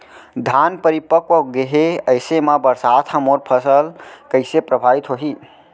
धान परिपक्व गेहे ऐसे म बरसात ह मोर फसल कइसे प्रभावित होही?